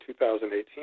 2018